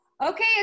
Okay